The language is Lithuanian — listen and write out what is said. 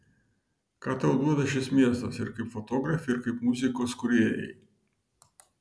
ką tau duoda šis miestas ir kaip fotografei ir kaip muzikos kūrėjai